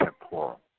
temporal